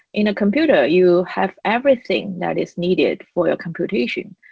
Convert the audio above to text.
in a computer, you have everything that is needed for your computation.